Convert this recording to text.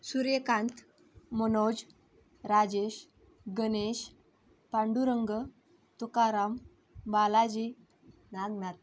Suryakant Manoj Rajesh Ganesh Pandurang Tukaram Balaji Nagnath